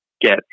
get